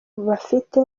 bafite